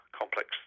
complex